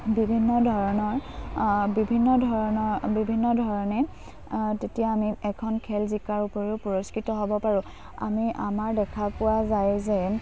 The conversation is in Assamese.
বিভিন্ন ধৰণৰ বিভিন্ন ধৰণৰ বিভিন্ন ধৰণে তেতিয়া আমি এখন খেল জিকাৰ উপৰিও পুৰস্কৃত হ'ব পাৰোঁ আমি আমাৰ দেখা পোৱা যায় যে